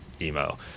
emo